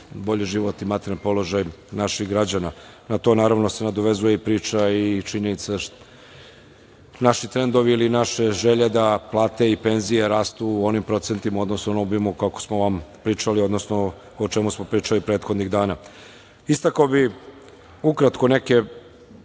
bolji život i materijalni položaj naših građana. Na to se nadovezuje i priča i činjenica da naši trendovi ili naše želje da plate i penzije rastu u onim procentima i u onom obimu o kom smo pričali, o čemu smo pričali prethodnih dana. Istakao bih ukratko neke